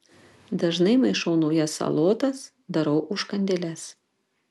dažnai maišau naujas salotas darau užkandėles